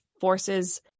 forces